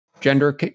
gender